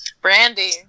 Brandy